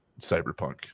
Cyberpunk